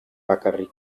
bakarrik